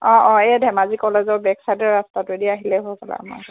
অঁ অঁ এই ধেমাজি কলেজৰ বেকচাইডৰ ৰাস্তাটোৱেদি আহিলেই